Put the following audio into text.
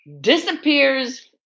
disappears